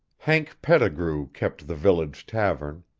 hank pettigrew kept the village tavern.